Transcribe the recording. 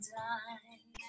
time